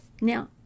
Now